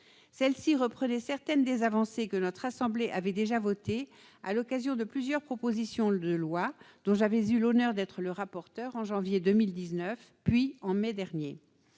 mesures reprennent certaines des avancées que notre assemblée avait déjà votées à l'occasion de plusieurs propositions de loi dont j'avais eu l'honneur d'être le rapporteur, en janvier 2019, puis en mai dernier.